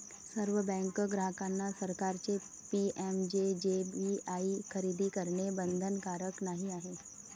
सर्व बँक ग्राहकांना सरकारचे पी.एम.जे.जे.बी.वाई खरेदी करणे बंधनकारक नाही आहे